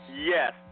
Yes